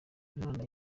umwana